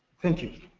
thank you.